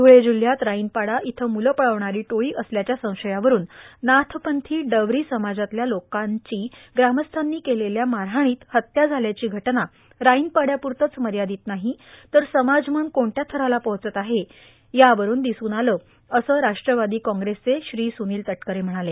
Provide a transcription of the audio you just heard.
धुळे जिल्ह्यात राईनपाडा इथं मुलं पळवणारी टोळी असल्याच्या संशयावरून नाथपंथी डवरी समाजातल्या लोकांची ग्रामस्थांनी केलेल्या मारहाणीत हत्या झाल्याची घटना राईनपाड्यापूरती मर्यादित नाही तर समाजमन कोणत्या थराला पोहोचत आहे हे यावरून दिसून आलं असं राष्ट्रवादी काँग्रेसचे श्री सुनील तटकरे म्हणाले